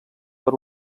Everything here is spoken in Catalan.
per